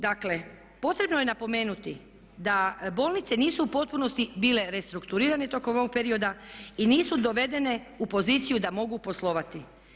Dakle, potrebno je napomenuti da bolnice nisu u potpunosti bile restrukturirane tokom ovog perioda i nisu dovedene u poziciju da mogu poslovati.